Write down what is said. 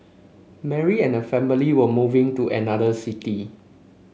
Mary and her family were moving to another city